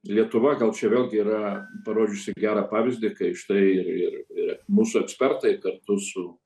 lietuva gal čia vėlgi yra parodžiusi gerą pavyzdį kai štai ir mūsų ekspertai kartu su